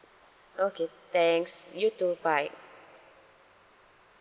okay thanks you too bye